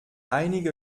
einige